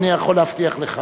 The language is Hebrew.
אני יכול להבטיח לך.